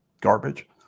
garbage